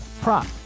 prop